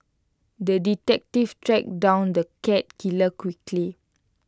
the detective tracked down the cat killer quickly